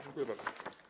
Dziękuję bardzo.